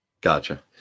Gotcha